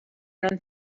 non